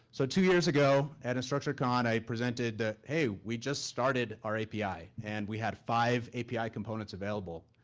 so two years ago at instructurecon, i presented that, hey, we just started our api, and we had five api components available.